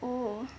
oh